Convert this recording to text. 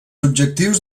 objectius